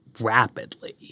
rapidly